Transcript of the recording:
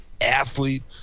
athlete